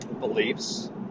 beliefs